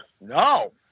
no